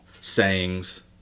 sayings